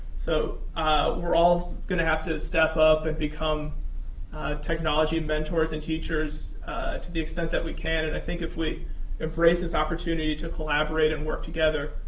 so we're all going to have to step up and become technology mentors and teachers to the extent that we can, and i think if we embrace this opportunity to collaborate and work together,